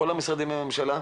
כל משרדי הממשלה,